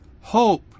Hope